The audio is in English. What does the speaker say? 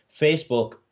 Facebook